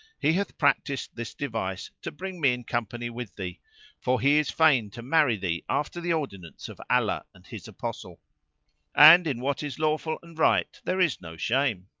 he hath practiced this device to bring me in company with thee for he is fain to marry thee after the ordinance of allah and his apostle and in what is lawful and right there is no shame.